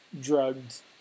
drugged